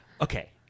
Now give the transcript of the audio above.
okay